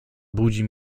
budzi